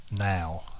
now